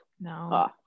no